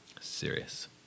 Serious